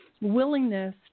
willingness